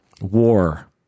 war